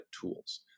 tools